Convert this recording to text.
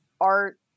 art